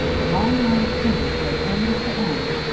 a long line of timbers lay end to end,